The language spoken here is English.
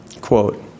Quote